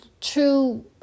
true